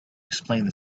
explained